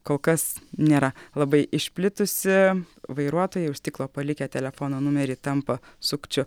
kol kas nėra labai išplitusi vairuotojai už stiklo palikę telefono numerį tampa sukčių